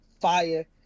fire